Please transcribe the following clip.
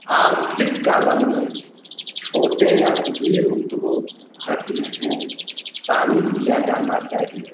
आर्थिक कालम में छोटे या कुटीर उद्योग कृषि को शामिल किया जाना चाहिए